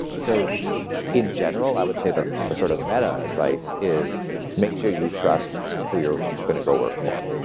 so in general, i would say the the sort of meta advice is make sure you trust who you're going to go work for.